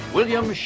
William